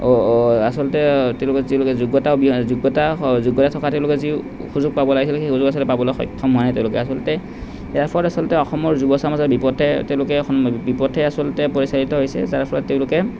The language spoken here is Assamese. আচলতে তেওঁলোকে যোগ্যতা যোগ্যতা যোগ্যতা থকা তেওঁলোকৰ যি সুযোগ পাব লাগিছিল সেই সুযোগ আচলতে পাবলে সক্ষম হোৱা নাই তেওঁলোকে আচলতে ইয়াৰ ফলত আচলতে অসমৰ যুৱচাম আচলতে বিপথে তেওঁলোকে সন্মুখীন বিপথে আচলতে পৰিচালিত হৈছে যাৰ ফলত তেওঁলোকে